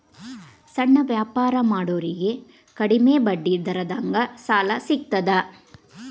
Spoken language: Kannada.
ಸಣ್ಣ ವ್ಯಾಪಾರ ಮಾಡೋರಿಗೆ ಕಡಿಮಿ ಬಡ್ಡಿ ದರದಾಗ್ ಸಾಲಾ ಸಿಗ್ತದಾ?